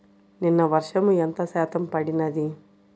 నిన్న వర్షము ఎంత శాతము పడినది?